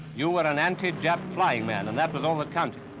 you were an anti-jap flying man, and that was all that counted.